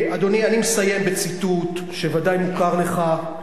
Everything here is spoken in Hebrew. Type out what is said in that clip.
אדוני, אני מסיים בציטוט שוודאי מוכר לך.